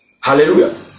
Hallelujah